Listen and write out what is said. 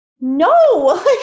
no